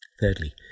Thirdly